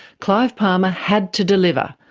clive palmer had to deliver,